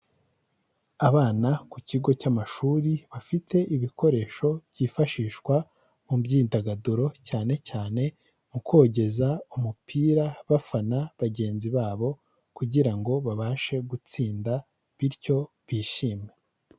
Abana ku kigo cy'amashuri bafite ibikoresho byifashishwa mu byidagaduro, cyane cyane mu kogeza umupira bafana bagenzi babo kugira ngo babashe gutsinda bityo bishime.